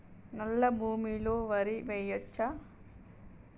నల్లా భూమి లో వరి వేయచ్చా?